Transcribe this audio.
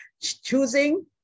choosing